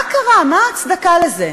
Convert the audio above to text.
מה קרה, מה ההצדקה לזה?